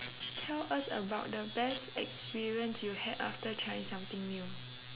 tell us about the best experience you had after trying something new